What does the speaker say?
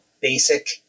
basic